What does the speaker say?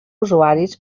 usuaris